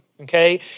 okay